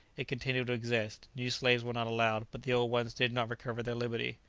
it continued to exist new slaves were not allowed, but the old ones did not recover their liberty.